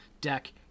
deck